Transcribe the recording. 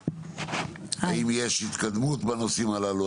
האם יש התקדמות בנושאים הללו,